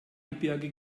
gebirge